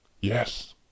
Yes